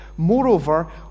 Moreover